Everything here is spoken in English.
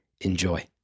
Enjoy